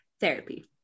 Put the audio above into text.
Therapy